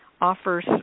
offers